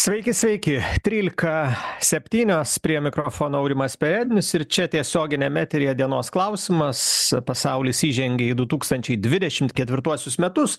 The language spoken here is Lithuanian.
sveiki sveiki trylika septynios prie mikrofono aurimas perednis ir čia tiesioginiame eteryje dienos klausimas pasaulis įžengė į du tūkstančiai dvidešimt ketvirtuosius metus